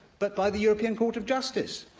but by the european court of justice.